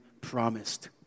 promised